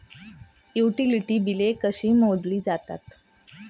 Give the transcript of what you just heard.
Utility बिले कशी मोजली जातात?